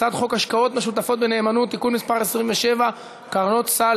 הצעת חוק השקעות משותפות בנאמנות (תיקון מס' 27) (קרנות סל),